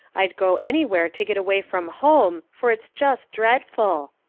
i'd go anywhere to get away from home, for it's just dreadful.